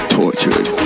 tortured